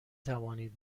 توانید